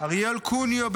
אריאל קוניו,